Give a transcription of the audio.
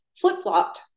flip-flopped